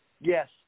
Yes